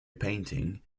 painting